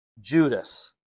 Judas